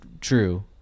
true